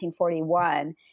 1941